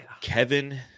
Kevin